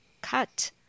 cut